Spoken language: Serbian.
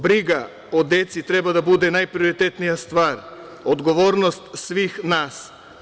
Briga o deci treba da bude najprioritetnija stvar, odgovornost svih nas.